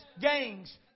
gangs